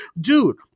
dude